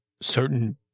certain